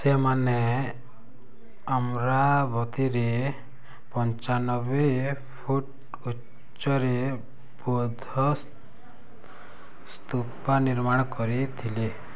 ସେମାନେ ଆମ୍ରାବତୀରେ ପଞ୍ଚାନବେ ଫୁଟ୍ ଉଚ୍ଚରେ ବୌଦ୍ଧ ସ୍ତୁପ ନିର୍ମାଣ କରିଥିଲେ